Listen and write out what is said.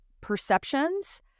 perceptions